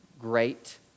Great